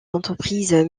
entreprises